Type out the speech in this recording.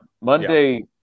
Monday